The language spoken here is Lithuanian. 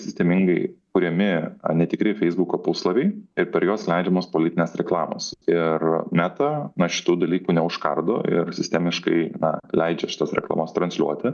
sistemingai kuriami netikri feisbuko puslapiai ir per juos leidžiamos politinės reklamos ir meta na šitų dalykų neužkardo ir sistemiškai na leidžia šitas reklamas transliuoti